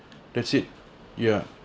that's it ya